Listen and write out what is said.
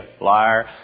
Liar